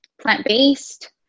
plant-based